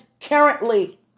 currently